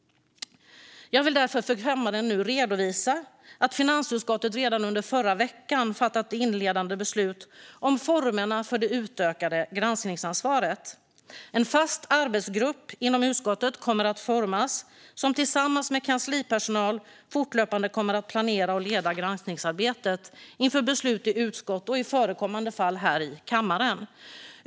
Jag vill därför för kammaren nu redovisa att finansutskottet redan under förra veckan fattat inledande beslut om formerna för det utökade granskningsansvaret. En fast arbetsgrupp inom utskottet kommer att formas, som tillsammans med kanslipersonal fortlöpande kommer att planera och leda granskningsarbetet inför beslut i utskott och i förekommande fall här i kammaren.